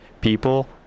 people